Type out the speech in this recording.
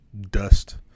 dust